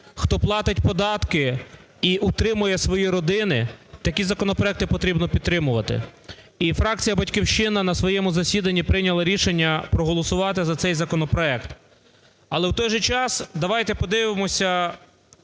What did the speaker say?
хто платить податки і утримує свої родини, такі законопроекти треба підтримувати. І фракція "Батьківщина" на своєму засіданні прийняла рішення проголосувати за цей законопроект. Але в той же час давайте подивимося